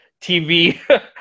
tv